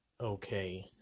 okay